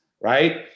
right